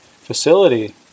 facility